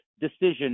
decision